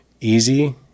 easy